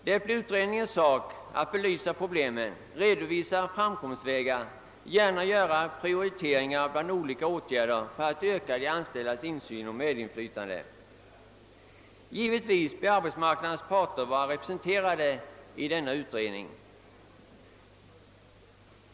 Det blir utredningens sak att belysa problemen, redovisa framkomstvägar och gärna göra prioriteringar bland olika åtgärder för att öka de anställdas insyn och medinflytande. Givetvis bör arbetsmarknadens parter vara representerade i denna utredning.